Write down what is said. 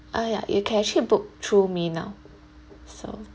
ah ya you can actually book through me now so